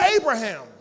Abraham